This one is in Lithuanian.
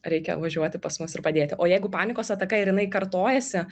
reikia važiuoti pas mus ir padėti o jeigu panikos ataka ir jinai kartojasi